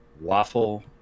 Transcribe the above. waffle